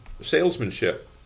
salesmanship